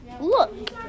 look